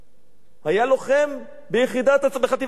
היה לוחם בחטיבת הצנחנים.